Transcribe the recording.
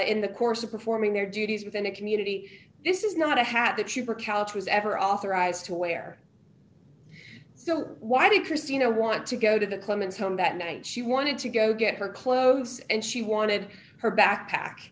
in the course of performing their duties within a community this is not a hat the cheaper calyx was ever authorized to wear so why did christina want to go to the clements home that night she wanted to go get her clothes and she wanted her backpack